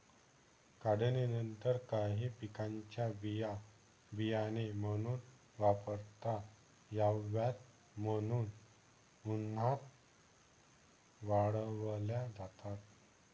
काढणीनंतर काही पिकांच्या बिया बियाणे म्हणून वापरता याव्यात म्हणून उन्हात वाळवल्या जातात